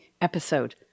episode